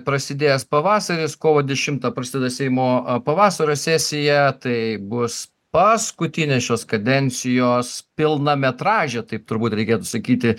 prasidėjęs pavasaris kovo dešimą prasideda seimo pavasario sesija tai bus paskutinis šios kadencijos pilnametražė taip turbūt reikėtų sakyti